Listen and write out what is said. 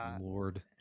Lord